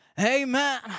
Amen